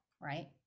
right